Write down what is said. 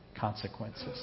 consequences